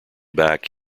back